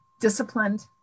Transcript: disciplined